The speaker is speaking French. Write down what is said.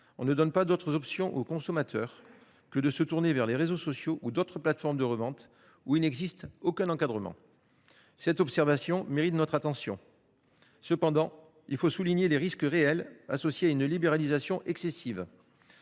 on ne donne pas d’autres options aux consommateurs que de se tourner vers les réseaux sociaux ou d’autres plateformes de revente où il n’existe aucun encadrement ». Cette observation mérite notre attention. Cependant, il faut souligner les risques réels associés à une libéralisation excessive.